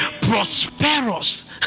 prosperous